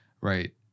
right